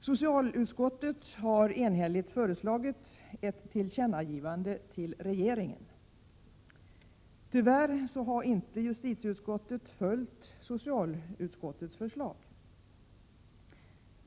Socialutskottet har enhälligt föreslagit ett tillkännagivande till regeringen. Tyvärr har inte justitieutskottet följt socialutskottets förslag.